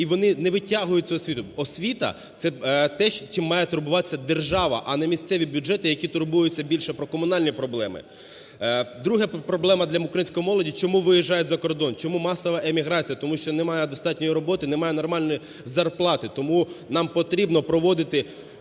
і вони не витягують цю освіту. Освіта – це те, чим має турбуватися держава, а не місцеві бюджети, які турбуються більше про комунальні проблеми. Друга проблема для української молоді – чому виїжджають за кордон, чому масова еміграція. Тому що немає достатньо роботи, немає нормальної зарплати. Тому нам потрібно проводити